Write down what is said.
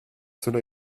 cela